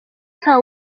nta